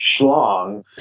schlong